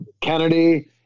Kennedy